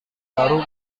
baru